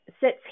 sits